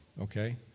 okay